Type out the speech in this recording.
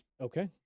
Okay